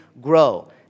grow